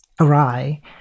awry